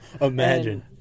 imagine